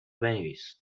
بنویس